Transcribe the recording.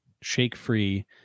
shake-free